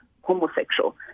homosexual